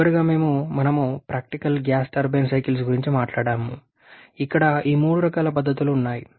చివరగా మేము practical gas turbine cycles గురించి మాట్లాడాము ఇక్కడ ఈ మూడు రకాల పద్ధతులు ఉన్నాయి